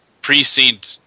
precede